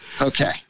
Okay